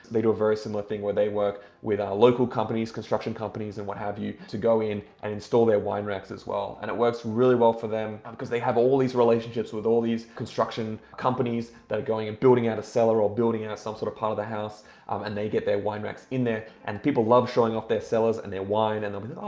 they do a very similar thing where they work with our local companies, construction companies and what have you to go in and install their win racks as well. and it works really well for them um cause they have all these relationships with all these construction companies that are going and building out a cellar or building out some sort of part of the house and they get their wine racks in there and people love showing off their cellars and their wine. and they'll be like oh,